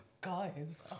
Guys